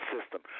system